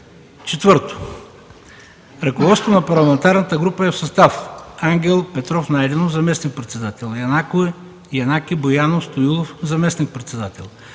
4. Ръководството на парламентарната група е в състав: Ангел Петров Найденов – заместник-председател, Янаки Боянов Стоилов – заместник-председател,